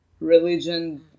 religion